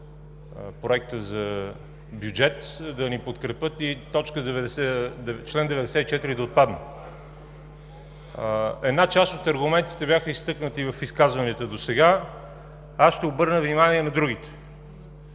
Проекта за бюджет да ни подкрепят и чл. 94 да отпадне. Една част от аргументите бяха изтъкнати в изказванията досега, аз ще обърна внимание на другите.